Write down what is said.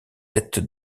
êtes